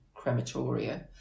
crematoria